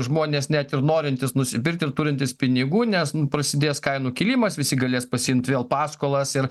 žmonės net ir norintys nusipirkt ir turintys pinigų nes prasidės kainų kilimas visi galės pasiimt vėl paskolas ir